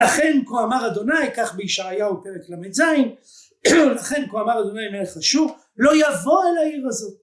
"לכן, כה אמר אדוני", כך בישעיהו פרק ל"ז, "לכן, כה אמר אדוני אל מלך אשור, לא יבוא אל העיר הזאת".